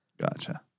Gotcha